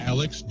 Alex